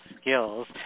skills